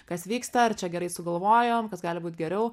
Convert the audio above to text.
kas vyksta ar čia gerai sugalvojom kas gali būt geriau